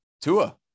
Tua